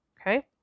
Okay